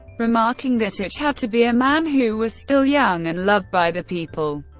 remarking that it had to be a man who was still young and loved by the people,